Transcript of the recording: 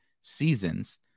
seasons